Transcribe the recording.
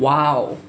!wow!